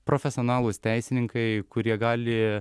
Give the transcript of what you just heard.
profesionalūs teisininkai kurie gali